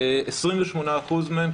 28% מהן,